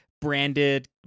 Branded